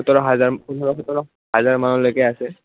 সোতৰ হাজাৰ পোন্ধৰ সোতৰ হাজাৰ মানলৈকে আছে